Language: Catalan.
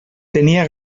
tenia